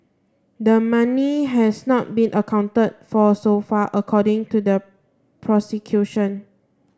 the money has not been accounted for so far according to the prosecution